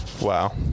Wow